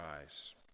eyes